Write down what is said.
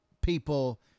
people